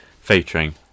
featuring